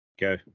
Go